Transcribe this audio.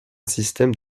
système